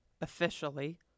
officially